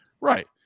right